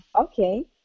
Okay